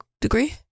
degree